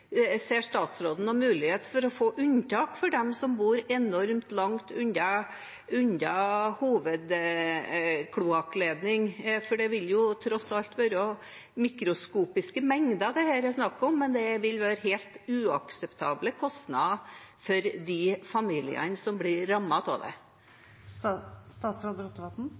Ser statsråden noen mulighet for å få unntak for dem som bor enormt langt unna hovedkloakkledning? Det vil tross alt være mikroskopiske mengder dette er snakk om, men det vil være helt uakseptable kostnader for de familiene som blir rammet av det.